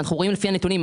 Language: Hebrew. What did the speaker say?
כך רואים לפי הנתונים,